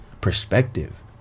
perspective